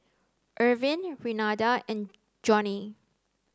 Ervin Renada and Johnnie